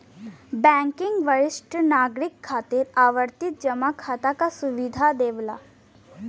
bank वरिष्ठ नागरिक खातिर आवर्ती जमा खाता क सुविधा देवला